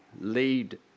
lead